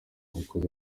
yakoze